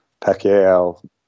Pacquiao